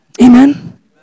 Amen